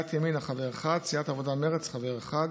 סיעת ימינה, חבר אחד, סיעת העבודה-מרצ, חבר אחד.